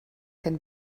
can